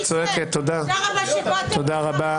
תודה רבה.